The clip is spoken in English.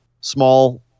small